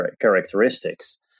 characteristics